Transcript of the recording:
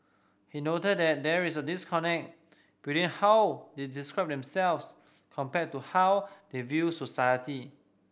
he noted that there is a disconnect between how they describe themselves compared to how they view society